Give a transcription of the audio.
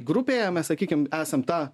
grupėje mes sakykim esam ta